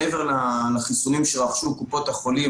מעבר לחיסונים שרכשו קופות החולים,